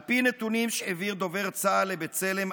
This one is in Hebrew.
על פי נתונים שהעביר דובר צה"ל ל'בצלם',